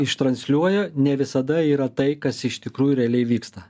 ištransliuoja ne visada yra tai kas iš tikrųjų realiai vyksta